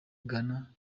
ghana